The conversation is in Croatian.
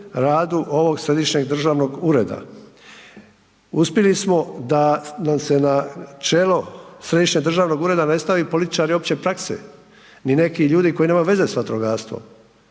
radu ovog središnjeg državnog ureda. Uspjeli smo da nam se na čelo središnjeg državnog ureda ne stave političari opće prakse ni neki ljudi koji nemaju veze s vatrogastvom,